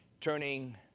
turning